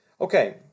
Okay